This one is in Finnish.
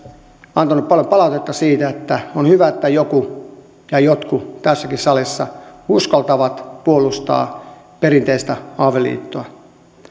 antanut paljon palautetta siitä että on hyvä että joku ja jotkut tässäkin salissa uskaltavat puolustaa perinteistä avioliittoa